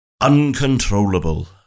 Uncontrollable